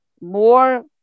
more